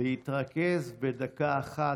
להתרכז בדקה אחת.